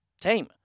team